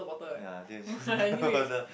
ya they the